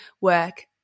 work